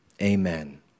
amen